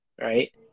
Right